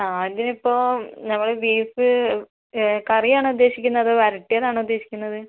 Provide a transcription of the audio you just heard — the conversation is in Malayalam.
ആ അതിനിപ്പോൾ നമ്മൾ ബീഫ് കറിയാണോ ഉദ്ദേശിക്കുന്നത് അതോ വരട്ടിയതാണോ ഉദ്ദേശിക്കുന്നത്